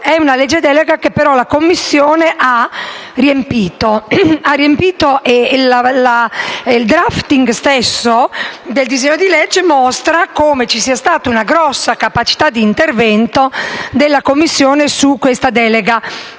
è una legge delega che però la Commissione ha riempito e il *drafting* stesso del disegno di legge mostra come ci sia stata una grossa capacità d'intervento della Commissione su questa delega